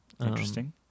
Interesting